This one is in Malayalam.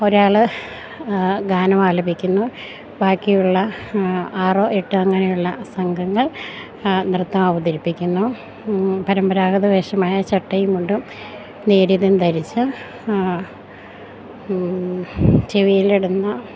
ഒരാൾ ഗാനം ആലപിക്കുന്നു ബാക്കിയുള്ള ആറോ എട്ട് അങ്ങനെയുള്ള സംഘങ്ങൾ നൃത്തം അവതരിപ്പിക്കുന്നു പരമ്പരാഗത വേഷമായ ചട്ടയും മുണ്ടും നേര്യതും ധരിച്ച് ചെവിയിലിടുന്ന